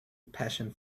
passion